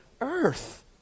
earth